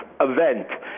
event